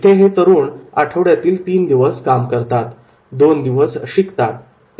इथे हे तरुण आठवड्यातील तीन दिवस काम करतात दोन दिवस शिकतात